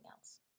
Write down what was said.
else